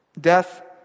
death